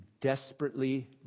desperately